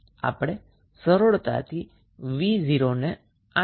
આપણે સરળતાથી 𝑣0 ને આ સમીકરણમાં મુકશું